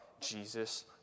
Jesus